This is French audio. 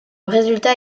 résultat